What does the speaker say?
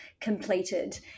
completed